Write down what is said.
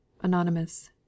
Anonymous